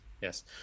Yes